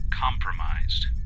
compromised